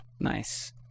Nice